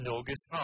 August